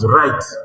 right